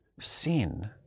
Sin